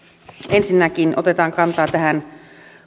ensinnäkin otetaan kantaa